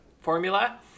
formula